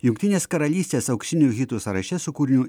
jungtinės karalystės auksinių hitų sąraše su kūriniu